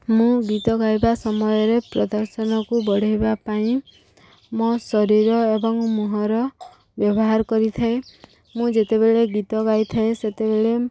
ମୁଁ ଗୀତ ଗାଇବା ସମୟରେ ପ୍ରଦର୍ଶନକୁ ବଢ଼େଇବା ପାଇଁ ମୋ ଶରୀର ଏବଂ ମୁହଁର ବ୍ୟବହାର କରିଥାଏ ମୁଁ ଯେତେବେଳେ ଗୀତ ଗାଇଥାଏ ସେତେବେଳେ